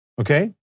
Okay